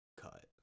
cut